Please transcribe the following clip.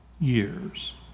years